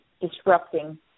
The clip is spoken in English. disrupting